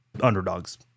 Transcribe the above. underdogs